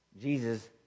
Jesus